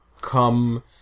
come